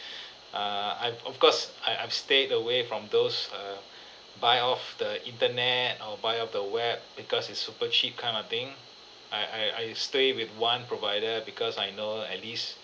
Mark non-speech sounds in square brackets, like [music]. [breath] err I've of course I I've stayed away from those err [breath] buy off the internet or buy off the web because it's super cheap kind of thing I I I stay with one provider because I know that at least